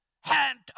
hand